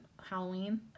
Halloween